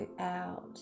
out